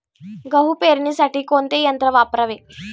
गहू पेरणीसाठी कोणते यंत्र वापरावे?